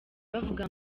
bavuga